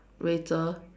Wei-Zhi